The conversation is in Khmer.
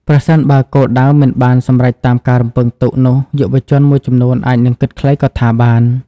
ប្រសិនបើ គោលដៅមិនបានសម្រេចតាមការរំពឹងទុកនោះយុវជនមួយចំនួនអាចនឹងគិតខ្លីក៏ថាបាន។